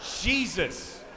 Jesus